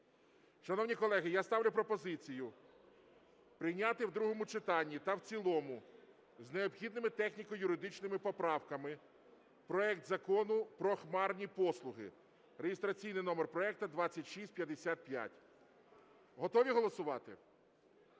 Шановні колеги, я ставлю пропозицію прийняти в другому читанні та в цілому з необхідними техніко-юридичними поправками проект Закону про хмарні послуги (реєстраційний номер проекту 2655). Готові голосувати?